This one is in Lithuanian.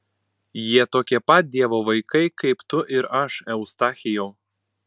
jie tokie pat dievo vaikai kaip tu ir aš eustachijau